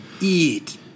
eat